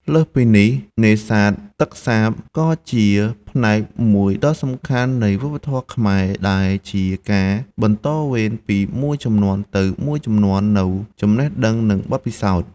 លើសពីនេះ នេសាទទឹកសាបក៏ជាផ្នែកមួយដ៏សំខាន់នៃវប្បធម៌ខ្មែរ ដែលជាការបន្តវេនពីមួយជំនាន់ទៅមួយជំនាន់នូវចំណេះដឹង និងបទពិសោធន៍។